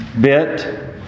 bit